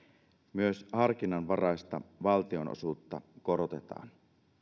myös harkinnanvaraista valtionosuutta korotetaan